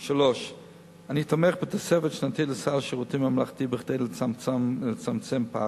3. אני תומך בתוספת שנתית לסל השירותים הממלכתי כדי לצמצם פערים.